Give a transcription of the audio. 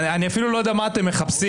אפילו לא יודע מה אתם מחפשים,